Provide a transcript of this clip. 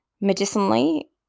Medicinally